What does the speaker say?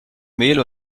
mehl